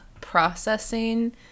processing